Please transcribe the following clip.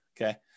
okay